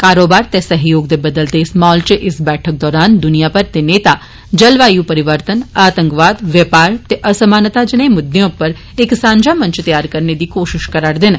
कारोबार ते सहयोग दे बदलदे इस माहौल इच इस बैठक दौरान दुनिया भरै दे नेता जावायू परिर्वन आंतकवाद व्यौपार ते असमानता जनेई मुद्दें उप्पर इक सांझा मंच त्यार करने दी कोशिश करा'र दे न